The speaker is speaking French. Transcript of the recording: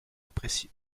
apprécie